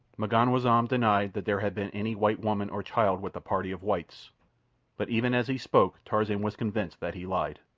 m'ganwazam denied that there had been any white woman or child with the party of whites but even as he spoke tarzan was convinced that he lied.